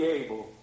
able